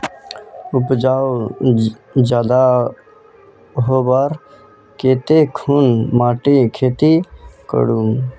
उपजाऊ ज्यादा होबार केते कुन माटित खेती करूम?